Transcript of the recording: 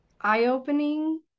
eye-opening